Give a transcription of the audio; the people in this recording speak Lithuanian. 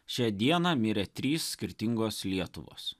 šią dieną mirė trys skirtingos lietuvos